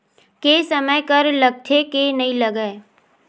के समय कर लगथे के नइ लगय?